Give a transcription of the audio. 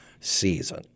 season